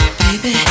baby